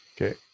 Okay